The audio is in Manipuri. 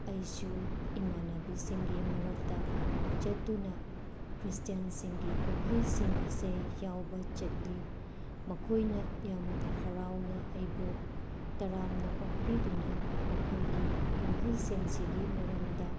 ꯑꯩꯁꯨ ꯏꯃꯥꯟꯅꯕꯤꯁꯤꯡꯒꯤ ꯃꯔꯛꯇꯥ ꯆꯠꯇꯨꯅ ꯈ꯭ꯔꯤꯁꯇꯦꯟꯁꯤꯡꯒꯤ ꯀꯨꯝꯍꯩꯁꯤꯡ ꯑꯁꯦ ꯌꯥꯎꯕ ꯆꯠꯂꯤ ꯃꯈꯣꯏꯅ ꯌꯥꯝ ꯍꯔꯥꯎꯅ ꯑꯩꯕꯨ ꯇꯔꯥꯝꯅ ꯑꯣꯛꯄꯤꯗꯨꯅ ꯃꯈꯣꯏꯒꯤ ꯀꯨꯝꯍꯩ ꯁꯤꯡꯁꯤꯒꯤ ꯃꯔꯝꯗ